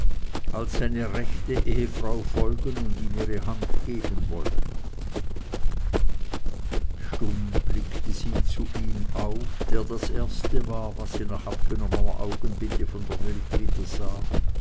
als seine rechte ehefrau folgen und ihm ihre hand geben wolle stumm blickte sie zu ihm auf der das erste war was sie nach abgenommener augenbinde von der welt wieder sah